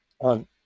on